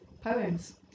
poems